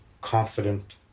confident